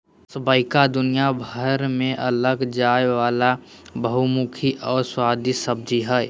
squash दुनियाभर में उगाल जाय वला बहुमुखी और स्वादिस्ट सब्जी हइ